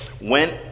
went